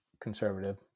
conservative